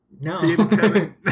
No